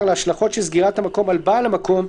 להשלכות של סגירת המקום על בעל המקום,